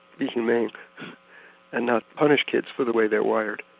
be humane and not punish kids for the way they're wired.